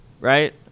right